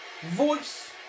voice